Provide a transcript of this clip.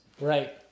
Right